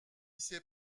ces